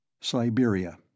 SIBERIA